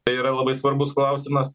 tai yra labai svarbus klausimas